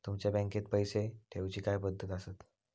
तुमच्या बँकेत पैसे ठेऊचे काय पद्धती आसत?